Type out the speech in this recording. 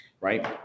right